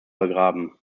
begraben